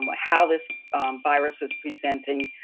um how this virus was presenting.